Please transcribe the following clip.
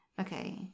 Okay